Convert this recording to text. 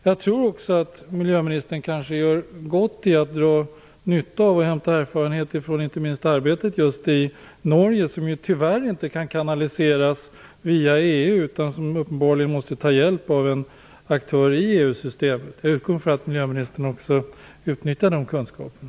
Jag tror också att miljöministern gör gott i att dra nytta av och hämta erfarenhet av arbetet inte minst i Norge, som ju tyvärr inte kan kanaliseras via EU. Där måste man uppenbarligen ta hjälp av aktörer inom EU-systemet. Jag utgår från att miljöministern också utnyttjar de kunskaperna.